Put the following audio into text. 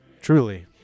Truly